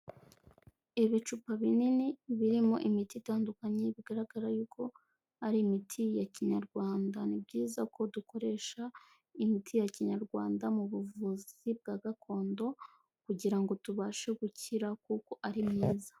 Ibicupa binini birimo imiti itandukanye bigaragara yuko ari imiti ya kinyarwanda. Ni byiza ko dukoresha imiti ya kinyarwanda mu buvuzi bwa gakondo, kugira ngo tubashe gukira kuko ari myiza.